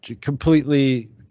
completely